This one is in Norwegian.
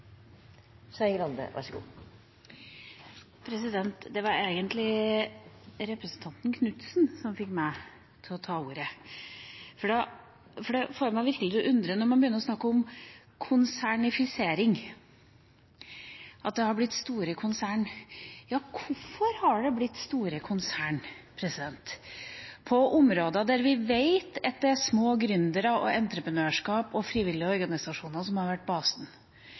får meg virkelig til å undre når man begynner å snakke om «konsernifisering», at det har blitt store konsern. Ja, hvorfor har det blitt store konsern på områder der vi vet at det er små gründere og entreprenørskap og frivillige organisasjoner som har vært basen?